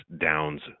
downs